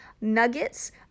nuggets